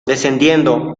descendiendo